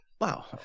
Wow